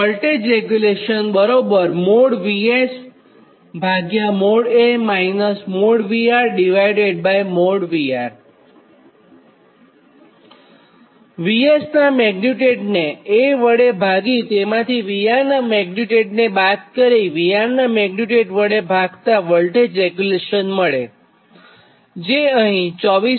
VS નાં મેગ્નીટ્યુડને A વડે ભાગી તેમાંથી VR નાં મેગ્નીટ્યુડને બાદ કરી VR નાં મેગ્નીટ્યુડ વડે ભાગતાં વોલ્ટેજ રેગ્યુલેશન મળે જે અહીં 24